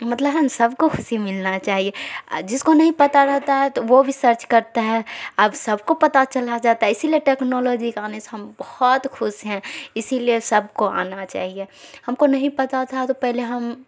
مطلب ہم سب کو خوشی ملنا چاہیے جس کو نہیں پتہ رہتا ہے تو وہ بھی سرچ کرتا ہے اب سب کو پتا چلا جاتا ہے اسی لیے ٹیکنالوجی کا آنے سے ہم بہت خوش ہیں اسی لیے سب کو آنا چاہیے ہم کو نہیں پتہ تھا تو پہلے ہم